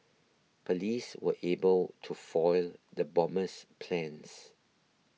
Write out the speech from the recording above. police were able to foil the bomber's plans